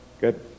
Good